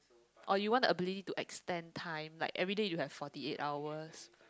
or you want the ability to extend time like everyday you have forty eight hours